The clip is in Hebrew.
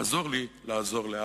עזור לי לעזור לאבא.